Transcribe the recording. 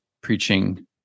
preaching